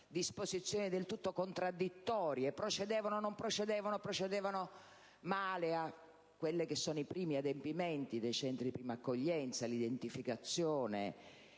disposizioni del tutto contraddittorie, procedevano, non procedevano o procedevano male ai primi adempimenti dei centri di prima accoglienza (l'identificazione,